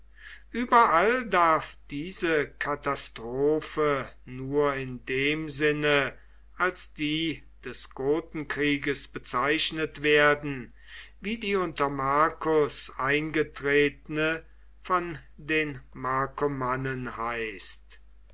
überall darf diese katastrophe nur in dem sinne als die des gotenkrieges bezeichnet werden wie die unter marcus eingetretene von den markomannen heißt